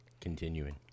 continuing